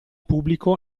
pubblico